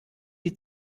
die